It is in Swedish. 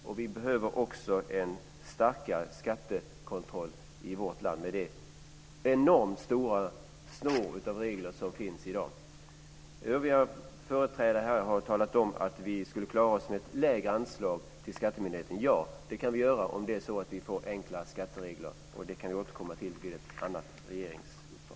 Det behövs också en starkare skattekontroll i vårt land, med tanke på den enorma snårskog av regler som i dag finns. Övriga ledamöter har här sagt att vi skulle klara oss med ett lägre anslag till skatteförvaltningen. Ja, det skulle vi kunna göra om vi får enklare skatteregler, och det kan vi återkomma till när vi har ett annat regeringsunderlag.